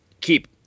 keep